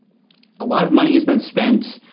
a lot of money has been spent.